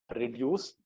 reduce